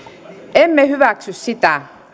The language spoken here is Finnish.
emme hyväksy sitä